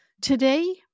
Today